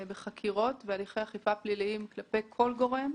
בחקירות ובהליכי אכיפה פליליים כלפי כל גורם,